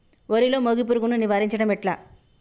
వరిలో మోగి పురుగును నివారించడం ఎట్లా?